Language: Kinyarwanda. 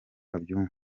abyumva